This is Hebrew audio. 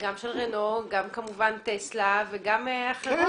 גם של רנו, גם כמובן טסלה וגם אחרות.